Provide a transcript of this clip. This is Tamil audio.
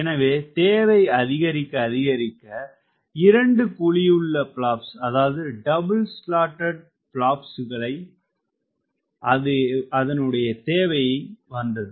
எனவே தேவை அதிகரிக்க அதிகரிக்க இரண்டு குழியுள்ள பிளாப்ஸ் அதாவது டபிள் ஸ்லாட்டுகளுடைய பிளாப்ஸ்களுக்கான தேவை வந்தது